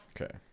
Okay